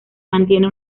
mantiene